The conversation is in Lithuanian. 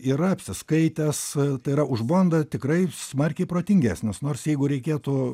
yra apsiskaitęs tai yra už bondą tikrai smarkiai protingesnis nors jeigu reikėtų